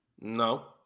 No